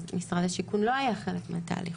משרד השיכון לא היה חלק מהתהליך,